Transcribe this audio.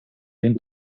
den